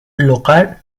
local